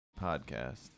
podcast